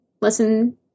listen